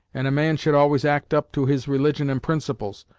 and a man should always act up to his religion and principles,